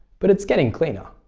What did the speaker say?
but it's getting cleaner.